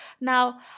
Now